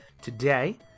today